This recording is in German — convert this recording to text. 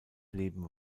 leben